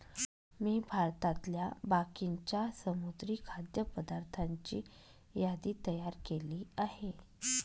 मी भारतातल्या बाकीच्या समुद्री खाद्य पदार्थांची यादी तयार केली आहे